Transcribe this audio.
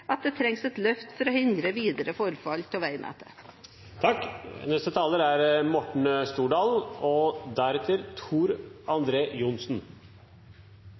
at det trengs et løft for å hindre videre forfall av vegnettet. Det er